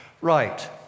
right